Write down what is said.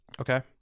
Okay